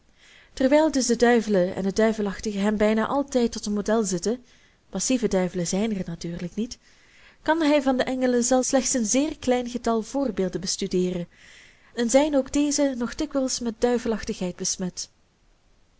dus de duivelen en het duivelachtige hem bijna altijd tot model zitten passive duivelen zijn er natuurlijk niet kan hij van de engelen slechts een zeer klein getal voorbeelden bestudeeren en zijn ook dezen nog dikwijls met duivelachtigheid besmet